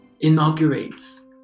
inaugurates